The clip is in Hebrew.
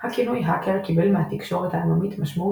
הכינוי "האקר" קיבל מהתקשורת העממית משמעות